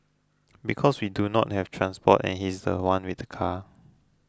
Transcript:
because we do not have transport and he's the one with the car